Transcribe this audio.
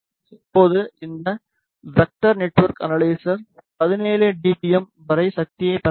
இப்போது இந்த vector network analyser 17 D B M வரை சக்தியைப் பெற முடியும்